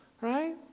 right